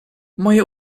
moje